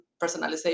personalization